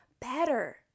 better